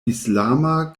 islama